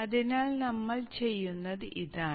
അതിനാൽ നമ്മൾ ചെയ്യുന്നത് ഇതാണ്